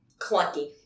clunky